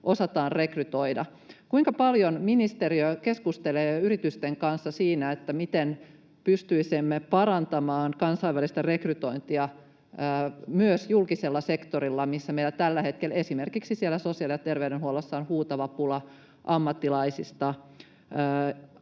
osataan rekrytoida. Kuinka paljon ministeriö keskustelee yritysten kanssa siitä, miten pystyisimme parantamaan kansainvälistä rekrytointia myös julkisella sektorilla, missä meillä tällä hetkellä, esimerkiksi siellä sosiaali- ja terveydenhuollossa, on huutava pula ammattilaisista?